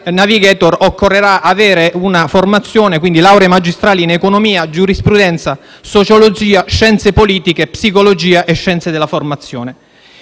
*navigator* occorrerà avere una formazione, quindi una laurea magistrale in economia, giurisprudenza, sociologia, scienze politiche, psicologia o scienze della formazione.